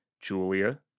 Julia